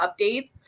updates